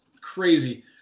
crazy